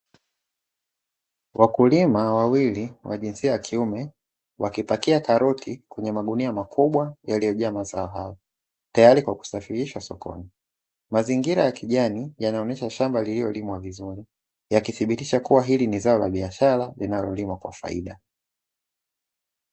wakulima wawili wa jinsia ya kiume wakipakia karoti kwenye magunia makubwa yaliyo jaa mazao hayo klwa kusafirishwa sokoni mazingira ya kijani yakionyesha shamba lililolimwa vizuri yakidhibitisha kuwa hili ni zao la kibiashara linalolimwa kwa faida